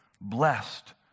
Blessed